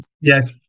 Yes